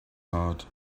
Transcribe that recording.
heart